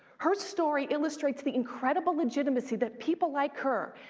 her story illustrates the incredible legitimacy that people like her,